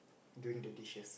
doing the dishes